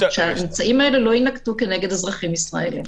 שהאמצעים האלה לא יינקטו כנגד אזרחים ישראלים.